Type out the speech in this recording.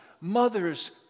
Mothers